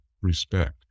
respect